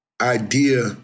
idea